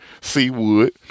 Seawood